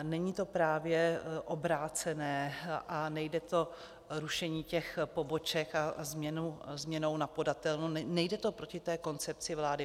Není to právě obrácené a nejde rušení poboček a změnou na podatelnu, nejde to proti té koncepci vlády?